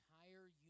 entire